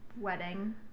wedding